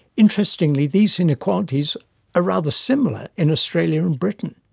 interestingly these inequalities are rather similar in australia and britain.